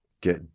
get